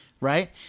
right